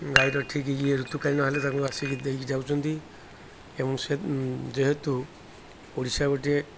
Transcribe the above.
ଗାଈର ଠିକ୍ ଇଏ ଋତୁକା ନହେଲେ ତାଙ୍କୁ ଆସିକି ଦେଇକି ଯାଉଛନ୍ତି ଏବଂ ଯେହେତୁ ଓଡ଼ିଶା ଗୋଟିଏ